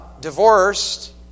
divorced